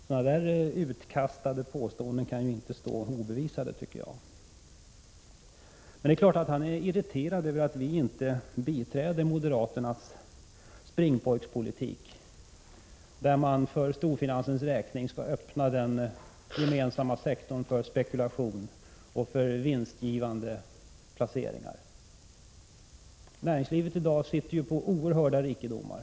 Sådana där utkastade påståenden kan inte få stå obevisade, tycker jag. Men det är klart att Filip Fridolfsson är irriterad över att vi inte biträder moderaternas springpojkspolitik, när man för storfinansens räkning vill öppna den gemensamma sektorn för spekulation och vinstgivande placeringar. Näringslivet i dag sitter ju på oerhörda rikedomar.